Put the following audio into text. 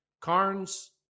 Carnes